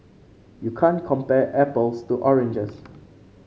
you can't compare apples to oranges